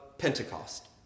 Pentecost